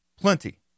plenty